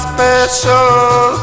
Special